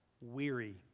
weary